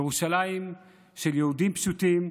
ירושלים של יהודים פשוטים,